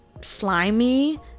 slimy